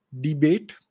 debate